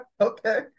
Okay